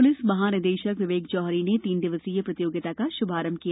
police महानिदेशक विवेक जौहरी ने तीन दिवसीय प्रतियोगिता का श्भारंभ किया